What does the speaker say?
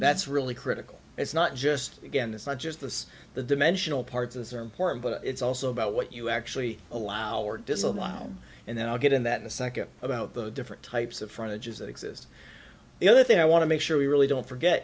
that's really critical it's not just again it's not just the the dimensional parts as are important but it's also about what you actually allow or disallow and then i'll get in that in a second about the different types of front it is that exist the other thing i want to make sure we really don't forget